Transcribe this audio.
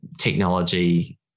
Technology